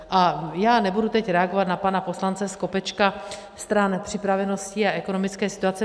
A já nebudu teď reagovat na pana poslance Skopečka stran nepřipravenosti a ekonomické situace.